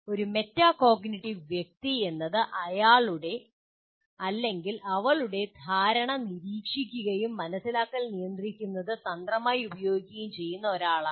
ഒരു മെറ്റാകോഗ്നിറ്റീവ് വ്യക്തി എന്നത് അയാളുടെ അല്ലെങ്കിൽ അവളുടെ ധാരണ നിരീക്ഷിക്കുകയും മനസ്സിലാക്കൽ നിയന്ത്രിക്കുന്നതിന് തന്ത്രങ്ങൾ ഉപയോഗിക്കുകയും ചെയ്യുന്ന ഒരാളാണ്